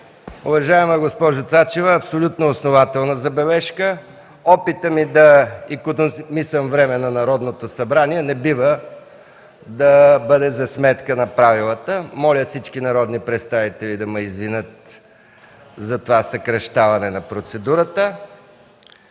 уважаема госпожо Цачева, това е абсолютно основателна забележка. Опитът ми да икономисам време на Народното събрание не бива да бъде за сметка на правилата. Моля всички народни представители да ме извинят за това съкращаване на процедурата.